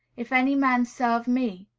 if any man serve me,